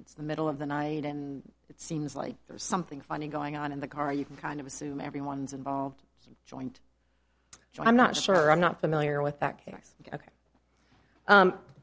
it's the middle of the night and it seems like there's something funny going on in the car you can kind of assume everyone's involved joint so i'm not sure i'm not familiar with that case ok